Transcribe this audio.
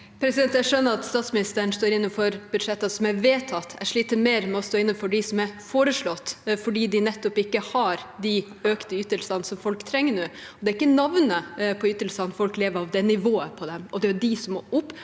Jeg skjønner at stats- ministeren står inne for budsjetter som er vedtatt. Jeg sliter mer med å stå inne for dem som er foreslått, fordi de nettopp ikke har de økte ytelsene som folk trenger nå. Det er ikke navnet på ytelsene folk lever av, det er nivået på dem, og det er det som må opp